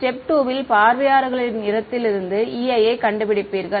step 2 ல் பார்வையாளர்களின் இடத்திலிருந்து Ei யை கண்டுபிடிப்பீர்கள்